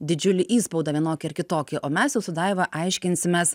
didžiulį įspaudą vienokį ar kitokį o mes jau su daiva aiškinsimės